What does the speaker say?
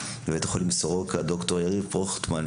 בבית החולים סורוקה עם ד"ר יריב פרוכטמן,